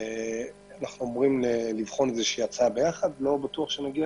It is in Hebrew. אנחנו אמורים לבחון הצעה ביחד, לא בטוח שנגיע